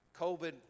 covid